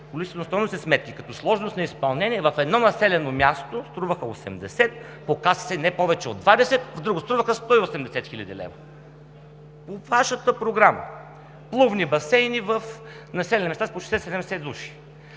количествено-стойностни сметки, като сложност на изпълнение в едно населено място струваха 80, по КСС – не повече от 20, а в друго струваха 180 хил. лв. по Вашата програма – плувни басейни в населени места с по 60-70 души.